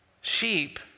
Sheep